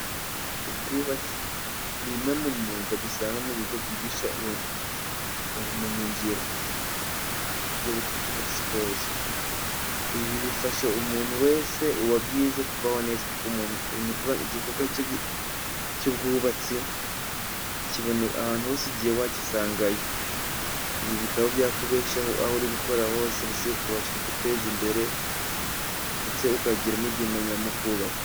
Ubwubatsi ni imwe mu myuga dusanga mu bigo byigisha ubumenyi ngiro ibyo bita tiveti sikuluzi. Ibi bifasha umuntu wese wabyize kubaho neza kuko igikorwa cy'ubwubatsi ahantu hose ugiye wagisangayo. Ibi bikaba byakubeshaho aho uri gukorera hose wateza imbere ndetse ukagira n'ibyo umenya mu kubaka.